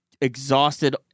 exhausted